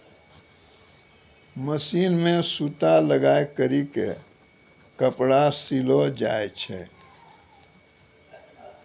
machine मे सूता लगाय करी के कपड़ा सिलो जाय छै